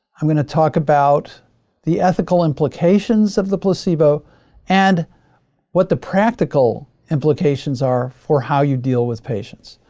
i'm gonna talk about the ethical implications of the placebo and what the practical implications are for how you deal with patients.